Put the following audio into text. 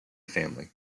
family